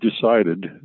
decided